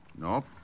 Nope